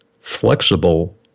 flexible